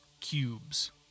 cubes